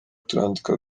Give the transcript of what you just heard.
turandika